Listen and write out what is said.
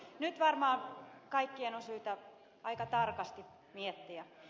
nyt varmaan kaikkien on syytä aika tarkasti miettiä